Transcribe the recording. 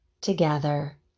together